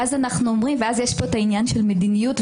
ואז יש פה עניין של מדיניות,